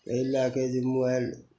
एहि लैके जे मोबाइल